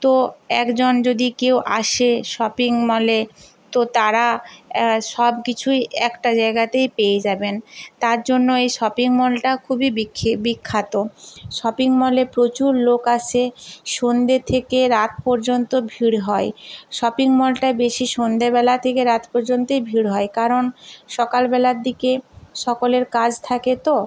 তো একজন যদি কেউ আসে শপিং মলে তো তারা সবকিছুই একটা জায়গাতেই পেয়ে যাবেন তার জন্য এই শপিং মলটা খুবই বিখ্যাত শপিং মলে প্রচুর লোক আসে সন্ধ্যে থেকে রাত পর্যন্ত ভিড় হয় শপিং মলটায় বেশি সন্ধ্যেবেলা থেকে রাত পর্যন্তই ভিড় হয় কারণ সকালবেলার দিকে সকলের কাজ থাকে তো